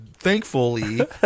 Thankfully